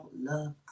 love